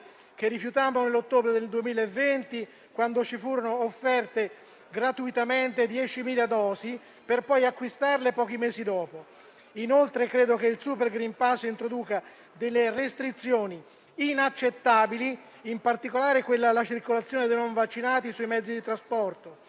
che rifiutammo nell'ottobre del 2020 quando ci furono offerte gratuitamente 2.000 dosi, per poi acquistarle pochi mesi dopo. Credo, inoltre, che il super *green* *pass* introduca delle restrizioni inaccettabili. Mi riferisco, in particolare, a quella relativa alla circolazione dei non vaccinati sui mezzi di trasporto